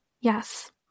Yes